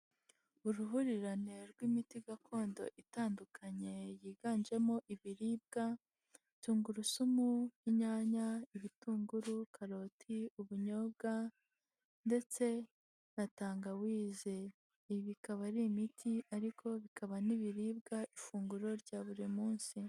Uruhurirane rw'imiti gakondo itandukanye yiganjemo ibiribwa; tungurusumu, inyanya, ibitunguru, karoti, ubunyobwa ndetse na tangawize, ibi bikaba ari imiti ariko bikaba n'ibiribwa ifunguro rya buri munsi.